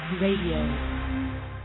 Radio